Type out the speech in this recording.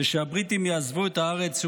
ושהבריטים יעזבו את הארץ.